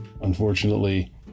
unfortunately